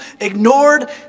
ignored